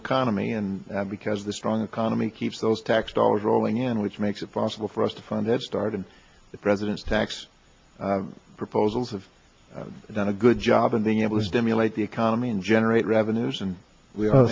economy and because the strong economy keeps those tax dollars rolling in which makes it possible for us to fund that started the president's tax proposals have done a good job of being able to stimulate the economy and generate revenues and